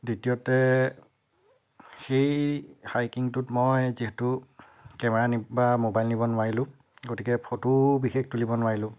দ্বিতীয়তে সেই হাইকিঙটোত মই যিহেতু কেমেৰা বা ম'বাইল নিব নোৱাৰিলোঁ গতিকে ফটোও বিশেষ তুলিব নোৱাৰিলোঁ